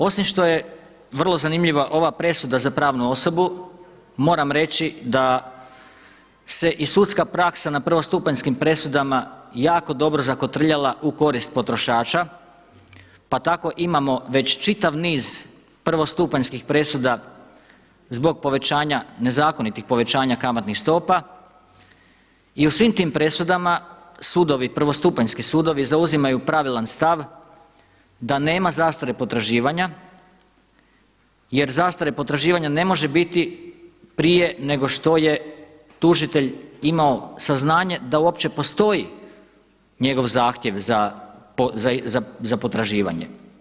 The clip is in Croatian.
Osim što je vrlo zanimljiva ova presuda za pravnu osobu moram reći da se i sudska praksa na prvostupanjskim presudama jako dobro zakotrljala u korist potrošača, pa tako imamo već čitav niz prvostupanjskih presuda zbog povećanja nezakonitih povećanja kamatnih stopa i u svim tim presudama sudovi, prvostupanjski sudovi zauzimaju pravilan stav da nema zastare potraživanja, jer zastare potraživanja ne može biti prije nego što je tužitelj imao saznanje da uopće postoji njegov zahtjev za potraživanje.